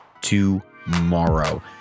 tomorrow